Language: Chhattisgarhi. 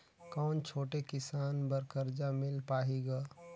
कौन छोटे किसान बर कर्जा मिल पाही ग?